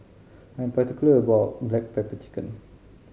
I'm particular about my black pepper chicken